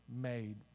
made